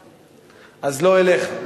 אז לא אליך.